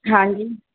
हां जी